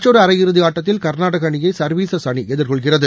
மற்றொரு அரையிறுதி ஆட்டத்தில் கர்நாடகா அணியை சர்வீஸஸ் அணி எதிர்கொள்கிறது